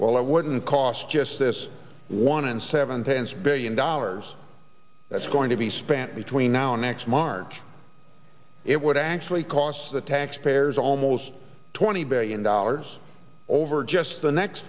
well i wouldn't cost just this one and seven pence billion dollars that's going to be spent between now and next march it would actually cost the taxpayers almost twenty by in dollars over just the next